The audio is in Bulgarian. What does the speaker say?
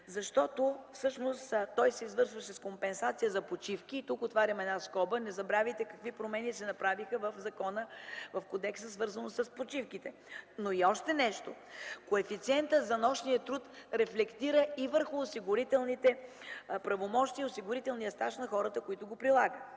всъщност той се извършва с компенсация за почивки. И тук отварям една скоба, не забравяйте какви промени се направиха в кодекса, свързани с почивките. Но и още нещо – коефициентът за нощния труд рефлектира и върху осигурителните правомощия, осигурителния стаж на хората, които го прилагат.